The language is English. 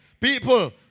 People